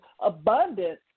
abundance